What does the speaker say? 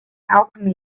alchemy